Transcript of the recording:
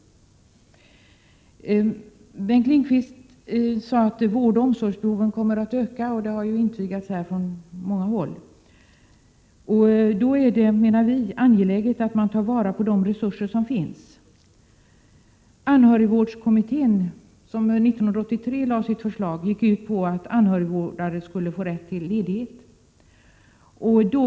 Bengt Lindqvist sade att vårdoch omsorgsbehoven kommer att öka, och det har intygats här från många håll. Då är det, menar vi, angeläget att ta vara på de resurser som finns. Anhörigvårdskommittén lade 1983 fram sitt förslag, som gick ut på att anhörigvårdare skulle få rätt till ledighet.